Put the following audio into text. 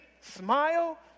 smile